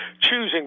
choosing